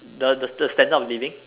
the the the standard of living